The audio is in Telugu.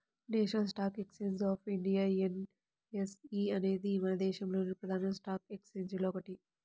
national stock exchange of India NSE అనేది మన దేశంలోని ప్రధాన స్టాక్ ఎక్స్చేంజిల్లో ఒకటి